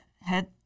head